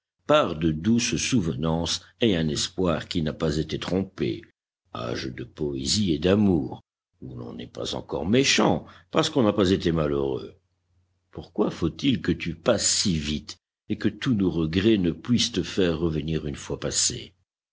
par de douces souvenances et un espoir qui n'a pas été trompé âge de poésie et d'amour où l'on n'est pas encore méchant parce qu'on n'a pas été malheureux pourquoi faut-il que tu passes si vite et que tous nos regrets ne puissent te faire revenir une fois passé